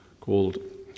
called